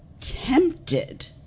tempted